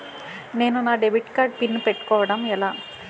నేను నా debit card PIN పెట్టుకోవడం ఎలా?